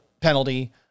penalty